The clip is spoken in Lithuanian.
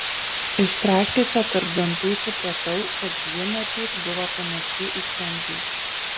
iš traškesio tarp dantų supratau kad ji matyt buvo panaši į kremzlę